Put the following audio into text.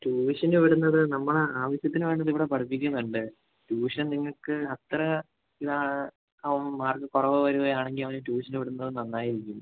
ട്യൂഷന് വിടുന്നത് നമ്മളെ ആവശ്യത്തിന് വേണ്ടത് ഇവിടെ പഠിപ്പിക്കുന്നുണ്ട് ട്യൂഷൻ നിങ്ങൾക്ക് അത്ര ഇത് അവൻ മാർക്ക് കുറവ് വരികയാണെങ്കിൽ അവനെ ട്യൂഷന് വിടുന്നത് നന്നായിരിക്കും